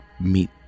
meet